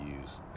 use